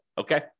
okay